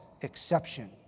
exception